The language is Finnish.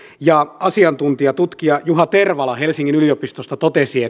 asiantuntija tutkija juha tervala helsingin yliopistosta totesi